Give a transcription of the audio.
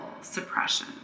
suppression